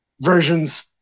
versions